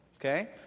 okay